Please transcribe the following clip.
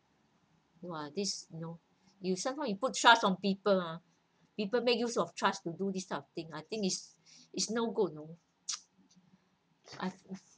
!wah! this you know you somehow you put trust on people ah people make use of trust to do this type of thing I think it's no good you know I've